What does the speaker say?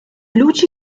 luci